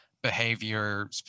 Behavior